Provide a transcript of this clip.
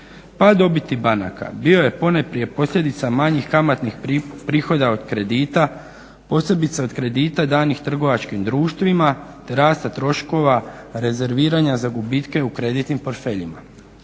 Pad dobiti banaka bio je ponajprije posljedica manjih kamatnih prihoda od kredita posebice od kredita danih trgovačkim društvima te rasta troškova rezerviranja za gubitke u kreditnim portfeljima.